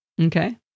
Okay